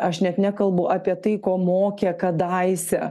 aš net nekalbu apie tai ko mokė kadaise